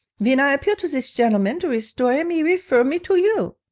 ven i appeal to zis gentilman to restore im he reffer me to you